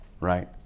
right